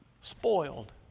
Spoiled